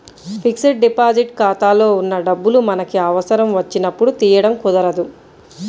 fixed deposit ఖాతాలో ఉన్న డబ్బులు మనకి అవసరం వచ్చినప్పుడు తీయడం కుదరదు